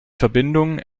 verbindung